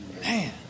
Man